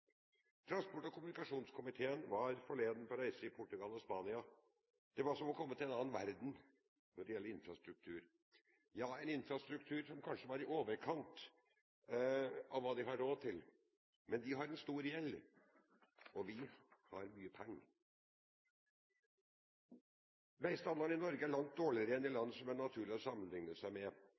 Transport- og kommunikasjonskomiteen var forleden på reise i Portugal og Spania. Det var som å komme til en annen verden når det gjelder infrastruktur. Ja, en infrastruktur som kanskje var i overkant av hva de har råd til, men de har en stor gjeld, og vi har mye penger. Veistandarden i Norge er langt dårligere enn i land det er naturlig å sammenligne seg med.